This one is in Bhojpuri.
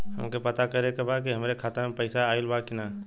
हमके पता करे के बा कि हमरे खाता में पैसा ऑइल बा कि ना?